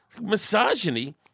Misogyny